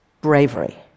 bravery